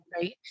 right